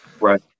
Right